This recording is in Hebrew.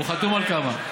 הוא חתום על כמה.